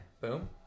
Boom